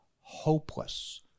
hopeless